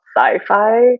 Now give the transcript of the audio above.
sci-fi